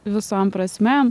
visom prasmėm